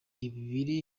ibiri